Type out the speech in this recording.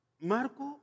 Marco